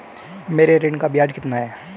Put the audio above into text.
मेरे ऋण का ब्याज कितना है?